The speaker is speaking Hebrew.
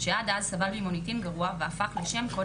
שעד אז סבל ממוניטין גרוע והפך לשם קוד